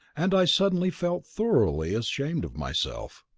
and i suddenly felt thoroughly ashamed of myself.